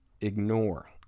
ignore